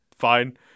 fine